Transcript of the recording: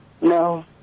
No